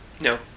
No